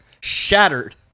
Shattered